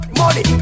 money